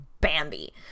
Bambi